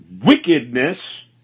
wickedness